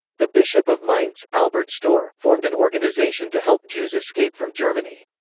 the bishop of mainz, albert stohr, formed an organization to help jews escape from germany.